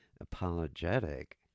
apologetic